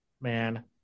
man